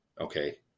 okay